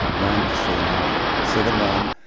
one, to stay alive. second one,